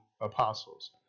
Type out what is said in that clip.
apostles